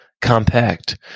Compact